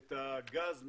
את הגז מהאדמה,